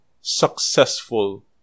successful